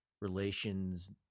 relations